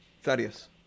Thaddeus